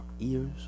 ears